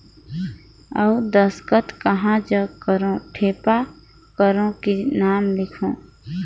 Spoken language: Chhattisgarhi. अउ दस्खत कहा जग करो ठेपा करो कि नाम लिखो?